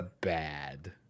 bad